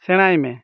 ᱥᱮᱬᱟᱭ ᱢᱮ